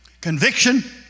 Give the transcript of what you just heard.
conviction